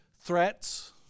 threats